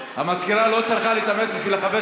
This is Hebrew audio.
המזכירה לא צריכה להתאמץ בשביל לחפש